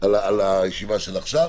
על הישיבה של עכשיו,